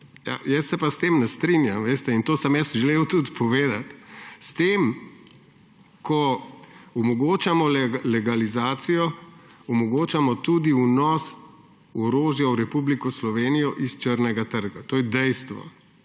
Jaz se pa s tem ne strinjam in to sem jaz želel tudi povedati. S tem, ko omogočamo legalizacijo, omogočamo tudi vnos orožja v Republiko Slovenijo s črnega trga. To je dejstvo.